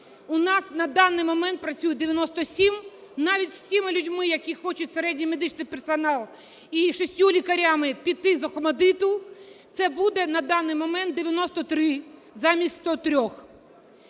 у нас на даний момент працює 97. Навіть з цими людьми, які хочуть, середній медичний персонал і шістю лікарями, піти з "ОХМАДИТу", це буде на даний момент 93 замість 103-х.